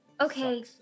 Okay